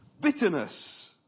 Bitterness